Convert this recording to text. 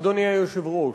אדוני היושב-ראש,